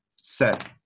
set